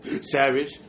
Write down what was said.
Savage